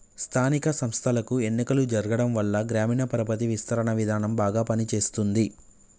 స్థానిక సంస్థలకు ఎన్నికలు జరగటంవల్ల గ్రామీణ పరపతి విస్తరణ విధానం బాగా పని చేస్తుంది